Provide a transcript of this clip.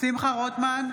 שמחה רוטמן,